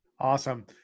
Awesome